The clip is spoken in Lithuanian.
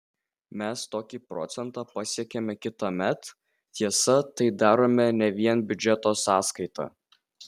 mes tokį procentą pasiekiame kitąmet tiesa tai darome ne vien biudžeto sąskaita